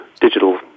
digital